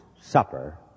supper